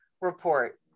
Report